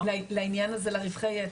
לעניין הזה, לרווחי יתר.